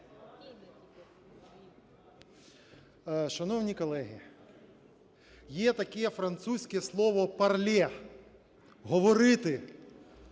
Шановні колеги! Є таке французьке слово parler – говорити,